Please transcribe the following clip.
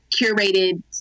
curated